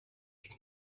degen